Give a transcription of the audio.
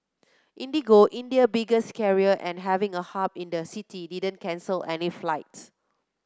IndiGo India biggest carrier and having a hub in the city didn't cancel any flights